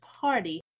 party